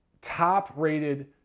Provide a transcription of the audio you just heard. top-rated